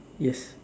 yes